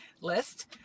list